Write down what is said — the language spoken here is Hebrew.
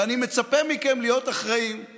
ואני מצפה מכם להיות אחראים,